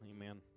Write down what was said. amen